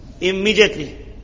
Immediately